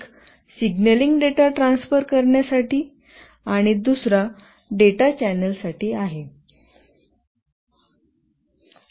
एक signalling data करण्यासाठी transfer साठी आणि दुसरे डेटा चॅनेलसाठी आहे